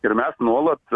ir mes nuolat